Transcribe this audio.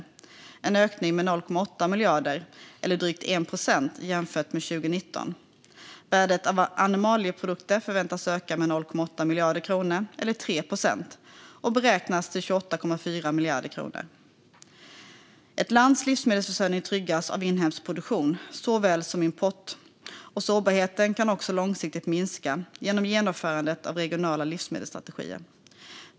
Det är en ökning med 0,8 miljarder eller drygt 1 procent jämfört med 2019. Värdet av animalieproduktionen förväntas öka med 0,8 miljarder kronor eller 3 procent och beräknas till 28,4 miljarder kronor. Ett lands livsmedelsförsörjning tryggas av inhemsk produktion såväl som import, och sårbarheten kan också långsiktigt minska genom genomförandet av regionala livsmedelsstrategier.